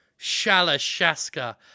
Shalashaska